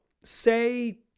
say